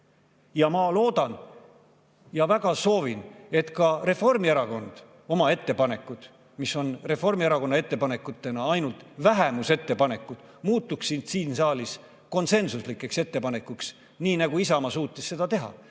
Ma loodan ja väga soovin, et ka Reformierakonna ettepanekud, mis on Reformierakonna ettepanekutena ainult vähemusettepanekud, muutuksid siin saalis konsensuslikeks ettepanekuteks, nii nagu Isamaa suutis seda teha.